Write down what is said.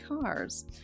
Cars